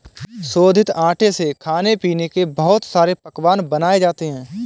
शोधित आटे से खाने पीने के बहुत सारे पकवान बनाये जाते है